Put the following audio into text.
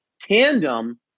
tandem –